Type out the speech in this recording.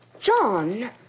John